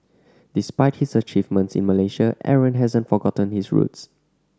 despite his achievements in Malaysia Aaron hasn't forgotten his roots